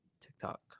TikTok